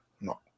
No